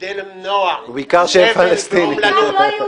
כדי לזכות בפופולריות זולה.